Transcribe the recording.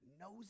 knows